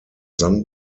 sand